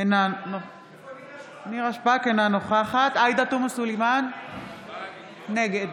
אינה נוכחת עאידה תומא סלימאן, נגד